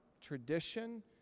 tradition